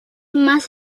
más